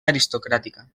aristocràtica